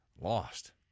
Lost